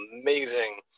amazing